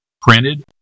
printed